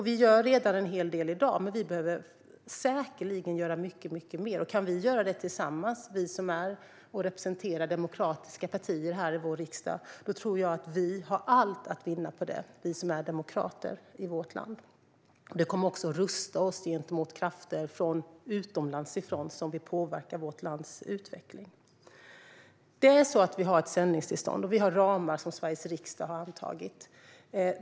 Vi gör redan en hel del i dag, men vi behöver säkerligen göra mycket mer. Om vi kan göra det tillsammans - vi som är demokrater och som representerar demokratiska partier här i vår riksdag - tror jag att vi har allt att vinna på det. Det kommer också att rusta oss gentemot krafter från andra länder som vill påverka vårt lands utveckling. Vi har ett sändningstillstånd, och vi har ramar som Sveriges riksdag har antagit.